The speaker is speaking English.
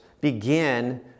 begin